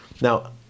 Now